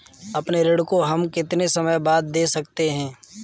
अपने ऋण को हम कितने समय बाद दे सकते हैं?